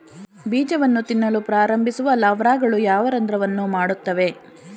ಬೀಜವನ್ನು ತಿನ್ನಲು ಪ್ರಾರಂಭಿಸುವ ಲಾರ್ವಾಗಳು ಯಾವ ರಂಧ್ರವನ್ನು ಮಾಡುತ್ತವೆ?